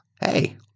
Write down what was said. hey